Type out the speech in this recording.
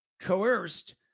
coerced